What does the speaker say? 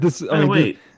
Wait